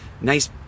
nice